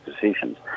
decisions